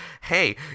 hey